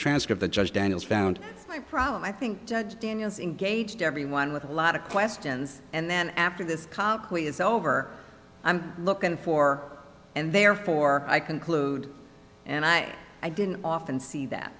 transcript the judge daniels found my problem i think judge engaged everyone with a lot of questions and then after this colloquy its over i'm looking for and therefore i conclude and i i didn't often see